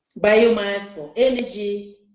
biomass for energy,